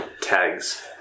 Tags